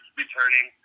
returning